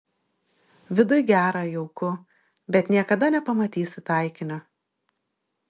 viduj gera jauku bet niekada nepamatysi taikinio